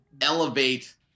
elevate